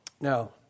Now